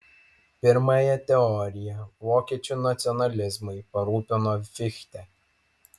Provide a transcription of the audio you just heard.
pirmąją teoriją vokiečių nacionalizmui parūpino fichte